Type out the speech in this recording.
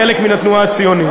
חלק מן התנועה הציונית.